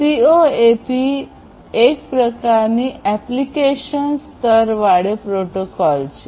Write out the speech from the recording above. COAP એક પ્રકારની application સ્તરવાળી પ્રોટોકોલ છે